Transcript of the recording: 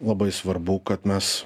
labai svarbu kad mes